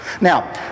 Now